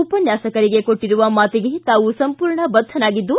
ಉಪನ್ಯಾಸಕರಿಗೆ ಕೊಟ್ಟರುವ ಮಾತಿಗೆ ತಾವು ಸಂಪೂರ್ಣ ಬದ್ದನಾಗಿದ್ದು